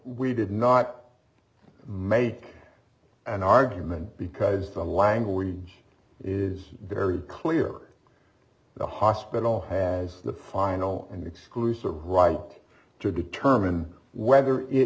we did not make an argument because the language is very clear the hospital has the final and exclusive right to determine whether it